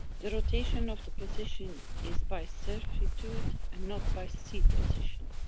the rotation of the position is by servitude and not by seat position.